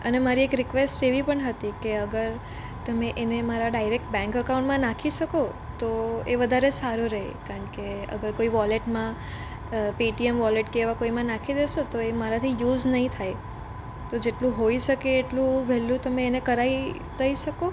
અને મારી એક રિક્વેસ્ટ એવી પણ હતી કે અગર તમે એને મારા ડાયરેક બેન્ક અકાઉન્ટમાં નાખી શકો તો એ વધારે સારું રહે કારણ કે અગર કોઈ વૉલેટમાં પેટીએમ વૉલેટ કે એવા કોઈમાં નાખી દેશો તોએ મારાથી યુઝ નહીં થાય તો જેટલું હોઈ શકે એટલું વહેલું તમે એને કરાવી દઈ શકો